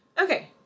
Okay